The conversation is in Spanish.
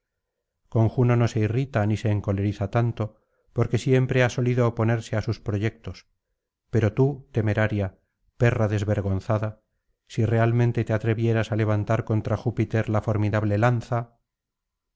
con juno no se irrita ni se encoleriza tanto porque siempre ha solido oponerse á sus proyectos pero tú temeraria perra desvergonzada si realmente te atrevieras á levantar contra júpiter la formidable lanza